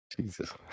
Jesus